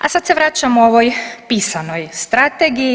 A sad se vraćamo ovoj pisanoj strategiji.